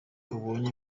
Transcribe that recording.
ubonye